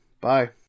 Bye